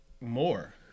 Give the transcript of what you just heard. more